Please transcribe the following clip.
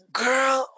girl